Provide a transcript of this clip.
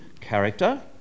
character